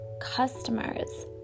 customers